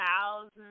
thousands